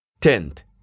Tenth